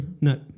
No